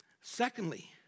Secondly